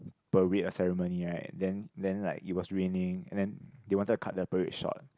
parade or ceremony right then then like it was raining and then they wanted to cut the parade short